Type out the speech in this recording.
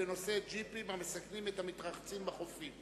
בנושא: ג'יפים המסכנים את המתרחצים בחופים.